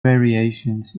variations